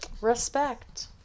Respect